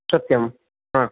सत्यम् आम्